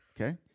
okay